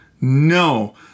No